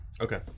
Okay